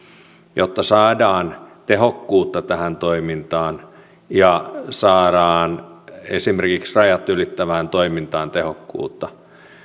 jotta saadaan tehokkuutta tähän toimintaan ja saadaan esimerkiksi rajat ylittävään toimintaan tehokkuutta